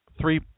three